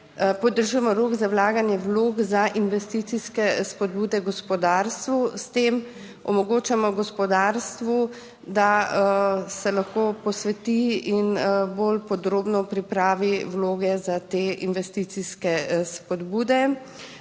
podaljšujemo rok za vlaganje vlog za investicijske spodbude gospodarstvu, s tem omogočamo gospodarstvu, da se lahko posveti in bolj podrobno pripravi vloge za te investicijske spodbude.